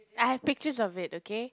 I have pictures of it okay